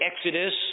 Exodus